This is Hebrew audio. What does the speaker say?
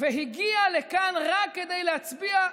והגיע לכאן רק כדי להצביע.